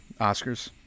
oscars